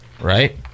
right